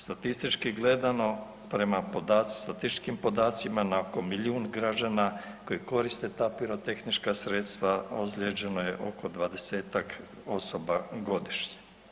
Statistički gledano, prema statističkim podacima na oko milijun građana koji koriste ta pirotehnička sredstva ozlijeđeno je oko 20-tak osoba godišnje.